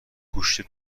گوشت